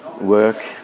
work